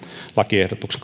lakiehdotuksen